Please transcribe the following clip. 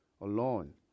alone